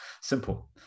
Simple